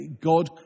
God